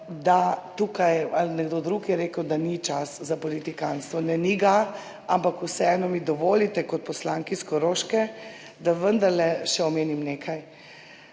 povedal, ali nekdo drug je rekel, da tukaj ni čas za politikantstvo. Ne, ni ga, ampak vseeno mi dovolite kot poslanki iz Koroške, da vendarle omenim še nekaj.